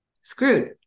screwed